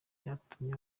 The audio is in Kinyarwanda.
ryatumye